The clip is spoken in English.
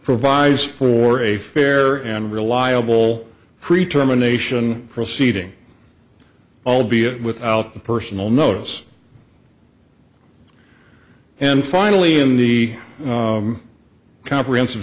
provides for a fair and reliable pre term a nation proceeding albeit without the personal notice and finally in the comprehensive